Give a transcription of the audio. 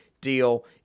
deal